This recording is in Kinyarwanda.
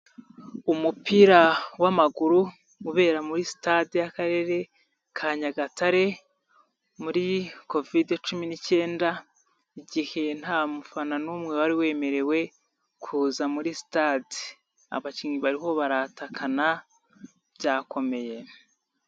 Umupira w'amaguru ubera muri sitade y'Akarere ka Nyagatare muri Kovide cumi n'icyenda igihe nta mufana n'umwe wari wemerewe kuza muri sitade, abakinnyi bariho baratakana byakomeye.